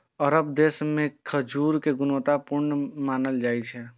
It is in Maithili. अरब देश के खजूर कें गुणवत्ता पूर्ण मानल जाइ छै